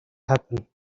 happen